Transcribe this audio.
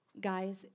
Guys